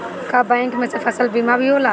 का बैंक में से फसल बीमा भी होला?